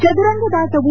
ಚದುರಂಗದಾಟವು